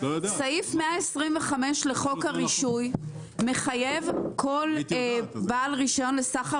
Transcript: סעיף 125 לחוק הרישוי מחייב כל בעל רישיון לסחר